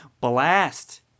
blast